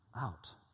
out